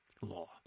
Law